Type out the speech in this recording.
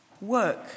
Work